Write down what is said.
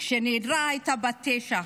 כשנעדרה הייתה בת תשע.